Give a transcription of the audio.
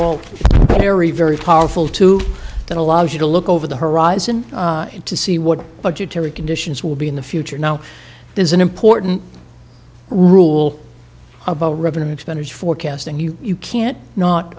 all very very powerful two that allows you to look over the horizon to see what budgetary conditions will be in the future now there's an important rule about revenue expanders forecast and you can't not